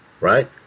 Right